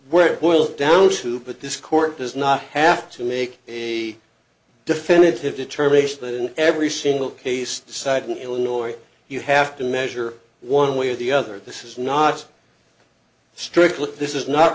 where boil down to but this court does not have to make a definitive determination in every single case cited illinois you have to measure one way or the other this is not strictly this is not